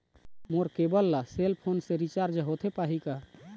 मोर cable ला cell phone से recharge होथे पाही का?